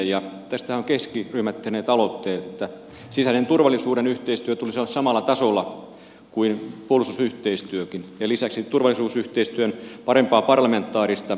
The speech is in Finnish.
tästä ovat keskiryhmät tehneet aloitteen että sisäisen turvallisuuden yhteistyön tulisi olla samalla tasolla kuin puolustusyhteistyönkin ja lisäksi turvallisuusyhteistyön parempaa parlamentaarista ankkurointia haetaan